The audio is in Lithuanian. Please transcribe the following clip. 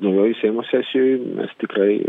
naujojoj seimo sesijoj mes tikrai